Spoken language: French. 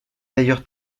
d’ailleurs